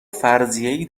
فرضیهای